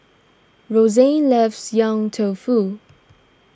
Rozanne loves Yong Tau Foo